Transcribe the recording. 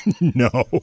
No